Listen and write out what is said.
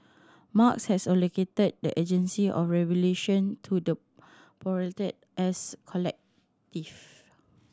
Marx has allocated the agency of revolution to the proletariat as collective